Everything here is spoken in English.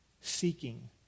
seeking